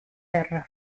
terra